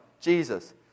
Jesus